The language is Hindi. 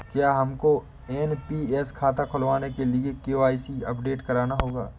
क्या हमको एन.पी.एस खाता खुलवाने के लिए भी के.वाई.सी अपडेट कराना होगा?